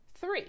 Three